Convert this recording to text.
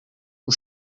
who